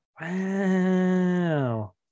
wow